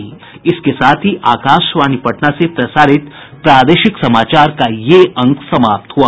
इसके साथ ही आकाशवाणी पटना से प्रसारित प्रादेशिक समाचार का ये अंक समाप्त हुआ